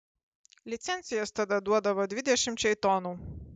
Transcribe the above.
licencijas tada duodavo dvidešimčiai tonų